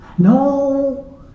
No